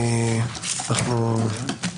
בוקר טוב.